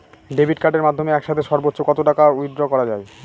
Debit কার্ডের মাধ্যমে একসাথে সর্ব্বোচ্চ কত টাকা উইথড্র করা য়ায়?